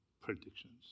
predictions